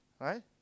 right